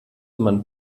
man